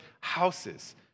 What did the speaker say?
houses